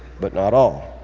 but not all.